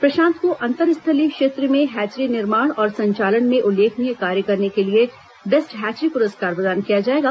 प्रशांत को अंर्तस्थलीय क्षेत्र में हैचरी निर्माण और संचालन में उल्लेखनीय कार्य करने के लिए बेस्ट हैचरी पुरस्कार प्रदान किया जाएगा